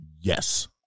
yes